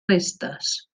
restes